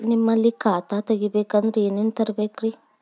ನಿಮ್ಮಲ್ಲಿ ಖಾತಾ ತೆಗಿಬೇಕಂದ್ರ ಏನೇನ ತರಬೇಕ್ರಿ?